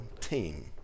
team